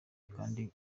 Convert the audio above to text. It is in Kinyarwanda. kandi